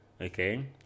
okay